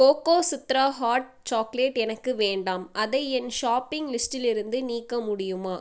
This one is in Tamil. கோகோசுத்ரா ஹாட் சாக்லேட் எனக்கு வேண்டாம் அதை என் ஷாப்பிங் லிஸ்டிலிருந்து நீக்க முடியுமா